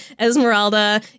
Esmeralda